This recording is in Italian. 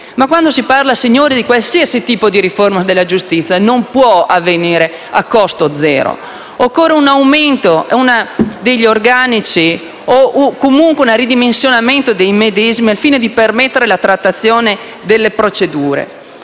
a costo zero, ma nessun tipo di riforma della giustizia può avvenire a costo zero. Occorre un aumento degli organici o comunque una ridefinizione dei medesimi al fine di permettere la trattazione delle procedure.